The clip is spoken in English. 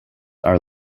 are